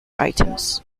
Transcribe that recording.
items